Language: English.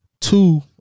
two